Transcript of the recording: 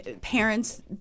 parents